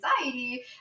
anxiety